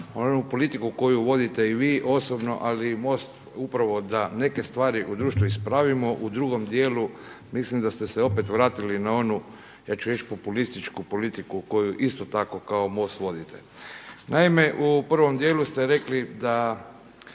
onu politiku koju vodite i vi osobno, ali i MOST upravo da neke stvari u društvu ispravimo, u drugom dijelu mislim da ste se opet vratili na onu, ja ću reći populističku politiku koju isto tako kao MOST vodite. Naime, u prvom dijelu ste rekli da